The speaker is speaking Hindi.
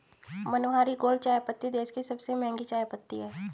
मनोहारी गोल्ड चायपत्ती देश की सबसे महंगी चायपत्ती है